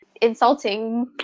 insulting